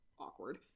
awkward